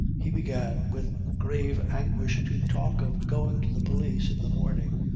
he began with grave anguish to talk of going to the police in the morning,